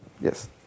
Yes